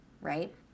right